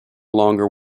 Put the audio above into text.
longer